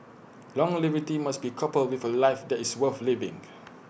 longevity must be coupled with A life that is worth living